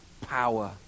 power